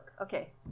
Okay